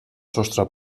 sostre